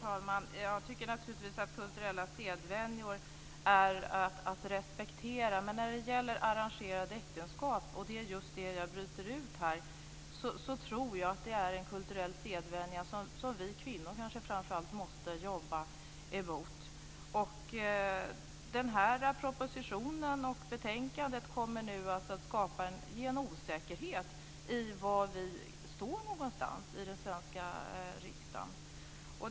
Fru talman! Jag tycker naturligtvis att man ska respektera kulturella sedvänjor. Men när det gäller arrangerade äktenskap, och det är just det som jag bryter ut här, så tror jag att det är en kulturell sedvänja som kanske framför allt vi kvinnor måste jobba mot. Propositionen och betänkandet kommer nu att skapa en osäkerhet när det gäller var vi i den svenska riksdagen står.